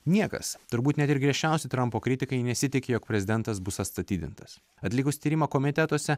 niekas turbūt net ir griežčiausi trampo kritikai nesitiki jog prezidentas bus atstatydintas atlikus tyrimą komitetuose